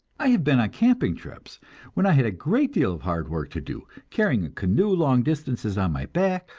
i have been on camping trips when i had a great deal of hard work to do, carrying a canoe long distances on my back,